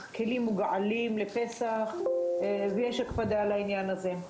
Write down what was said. הכלים מוגעלים לפסח ויש הקפדה על העניין הזה.